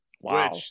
Wow